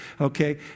okay